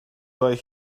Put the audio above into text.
why